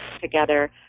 together